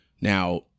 Now